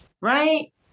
right